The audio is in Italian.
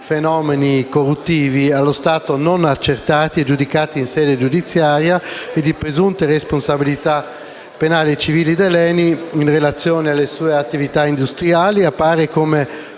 fenomeni corruttivi, allo stato non accertati e giudicati in sede giudiziaria, e di presunte responsabilità penali e civili dell'ENI in relazione alle sue attività industriali, appare come